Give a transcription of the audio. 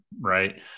right